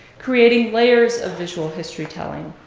creating layers of visual historytelling,